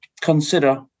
consider